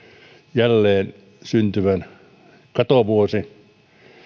jälleen syntyvän katovuosi